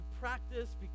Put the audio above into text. practice